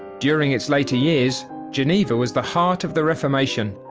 during its later years, geneva was the heart of the reformation,